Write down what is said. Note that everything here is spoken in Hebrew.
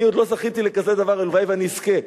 אני עוד לא זכיתי לכזה דבר, הלוואי שאני אזכה,